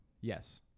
Yes